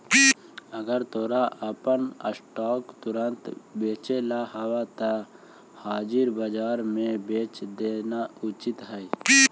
अगर तोरा अपन स्टॉक्स तुरंत बेचेला हवऽ त हाजिर बाजार में बेच देना उचित हइ